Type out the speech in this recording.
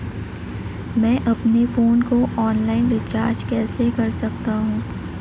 मैं अपने फोन को ऑनलाइन रीचार्ज कैसे कर सकता हूं?